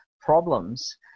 problems